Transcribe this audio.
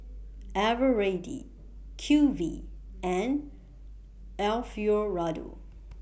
Eveready Q V and Alfio Raldo